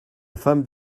femme